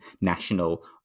national